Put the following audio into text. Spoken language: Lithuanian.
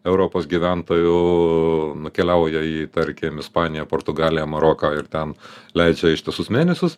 europos gyventojų nukeliauja į tarkim ispaniją portugaliją maroką ir ten leidžia ištisus mėnesius